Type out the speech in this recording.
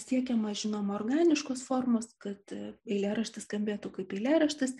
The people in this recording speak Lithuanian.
siekiama žinoma organiškos formos kad eilėraštis skambėtų kaip eilėraštis